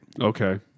okay